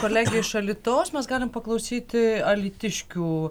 kolege iš alytaus mes galim paklausyti alytiškių